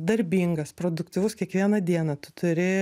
darbingas produktyvus kiekvieną dieną tu turi